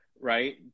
right